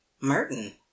merton